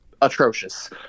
atrocious